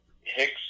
Hicks